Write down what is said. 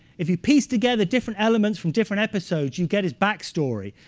if you piece together different elements from different episodes, you get his back story.